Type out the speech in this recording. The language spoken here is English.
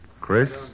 Chris